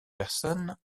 personne